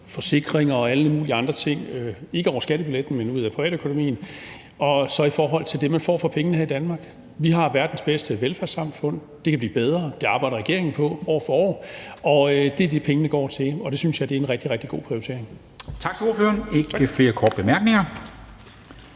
forsikringer og alle mulige andre ting, ikke over skattebilletten, men ud af privatøkonomien, i forhold til det, man får for pengene her i Danmark. Vi har verdens bedste velfærdssamfund. Det kan blive bedre, og det arbejder regeringen på år for år. Det er det, pengene går til, og det synes jeg er en rigtig, rigtig god prioritering.